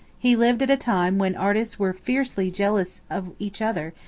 he lived at a time when artists were fiercely jealous of each other,